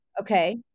Okay